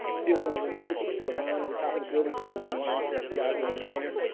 it feels more realistic. you can see the line at the top of the building. so, it is in line with the fbi ah building there.